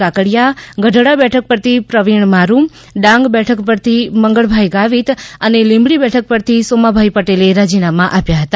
કાકડીયા ગઢડા બેઠક પરથી પ્રવીણ મારુ ડાંગ બેઠક પરથી મંગળભાઈ ગાવિત અને લીંબડી બેઠક પરથી સોમાભાઇ પટેલે રાજીનામા આપ્યા હતા